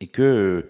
et que